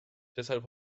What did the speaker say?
deshalb